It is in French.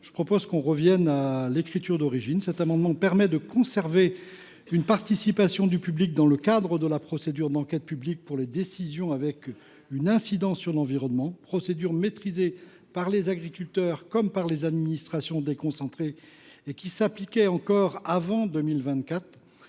je propose que l’on revienne à sa rédaction d’origine. Cet amendement vise à conserver une participation du public dans le cadre de la procédure d’enquête publique pour les décisions ayant une incidence sur l’environnement. Maîtrisée par les agriculteurs comme par les administrations déconcentrées, cette procédure s’appliquait jusqu’en 2024.